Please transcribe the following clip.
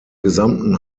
gesamten